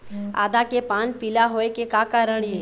आदा के पान पिला होय के का कारण ये?